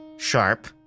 sharp